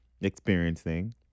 experiencing